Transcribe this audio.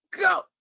go